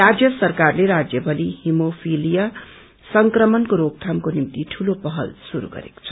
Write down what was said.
राज्य सरकारले राज्यभरि हिमोफिलिया संक्रमणको रोकथामको निम्ति ठूलो पहल श्रुरू गरेको छ